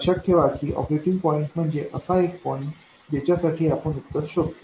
लक्षात ठेवा कि ऑपरेटिंग पॉईंट म्हणजे असा एक पॉईंट ज्याच्या साठी आपण उत्तर शोधतो